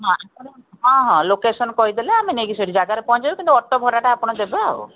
ହଁ ହଁ ଲୋକେସନ୍ କହିଦେଲେ ଆମେ ନେଇକି ସେଠି ଜାଗାରେ ପହଞ୍ଚାଇ ଦେବୁ କିନ୍ତୁ ଅଟୋ ଭଡ଼ାଟା ଆପଣ ଦେବେ ଆଉ